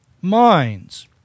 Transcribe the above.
minds